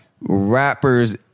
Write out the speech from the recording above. rappers